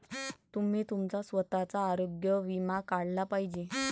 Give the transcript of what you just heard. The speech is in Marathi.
तुम्ही तुमचा स्वतःचा आरोग्य विमा काढला पाहिजे